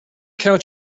count